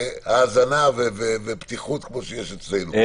שתהיה האזנה ופתיחות כמו שיש אצלנו.